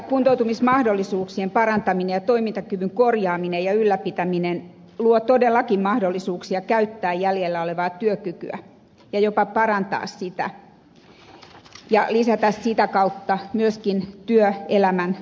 kuntoutumismahdollisuuksien parantaminen ja toimintakyvyn korjaaminen ja ylläpitäminen luovat todellakin mahdollisuuksia käyttää jäljellä olevaa työkykyä ja jopa parantaa sitä ja lisätä sitä kautta myöskin työelämän pituutta